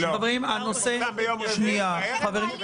זה פורסם ביום רביעי בערב,